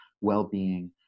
well-being